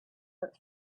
but